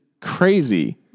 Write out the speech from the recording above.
crazy